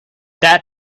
that